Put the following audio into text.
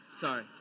Sorry